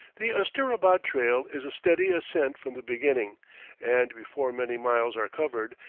the asterabad trail is a steady ascent from the beginning and before many miles are covered,